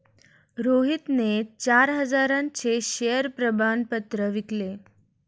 रोहितने चार हजारांचे शेअर प्रमाण पत्र विकले